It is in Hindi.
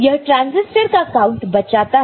यह ट्रांजिस्टर का काउंट बचाता है